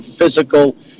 physical